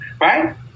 right